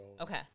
Okay